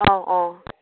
অঁ অঁ